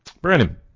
Brandon